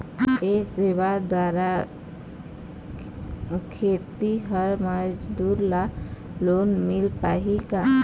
ये सेवा द्वारा खेतीहर मजदूर ला लोन मिल पाही का?